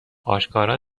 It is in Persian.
آشکارا